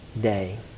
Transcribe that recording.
day